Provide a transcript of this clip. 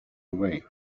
away